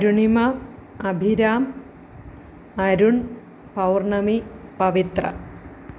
Arunima Abhiram Arun Pournami Pavithra